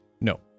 No